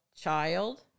child